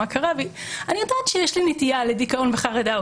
אני יודעת שיש לי נטייה לדיכאון וחרדה,